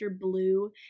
Blue